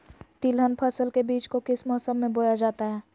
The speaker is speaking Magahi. तिलहन फसल के बीज को किस मौसम में बोया जाता है?